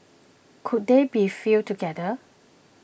could they be fielded together